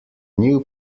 new